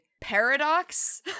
paradox